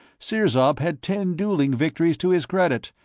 sirzob had ten dueling victories to his credit,